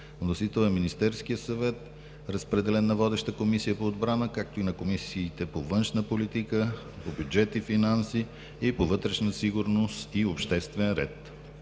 Вносител е Министерският съвет. Разпределен е на водещата Комисия по отбраната, както и на комисиите по външна политика, по бюджет и финанси и по вътрешна сигурност и обществен ред.